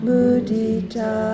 Mudita